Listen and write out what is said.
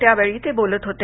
त्यावेळी ते बोलत होते